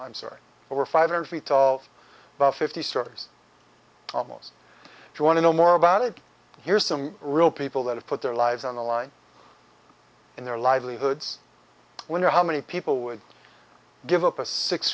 i'm sorry over five hundred feet tall about fifty surfers almost joining know more about it here's some real people that have put their lives on the line in their livelihoods wonder how many people would give up a six